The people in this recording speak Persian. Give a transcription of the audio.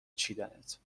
چیدنت